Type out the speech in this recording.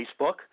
Facebook